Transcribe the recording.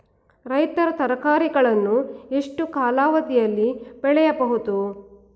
ರೈತರು ತರಕಾರಿಗಳನ್ನು ಎಷ್ಟು ಕಾಲಾವಧಿಯಲ್ಲಿ ಬೆಳೆಯಬಹುದು?